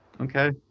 okay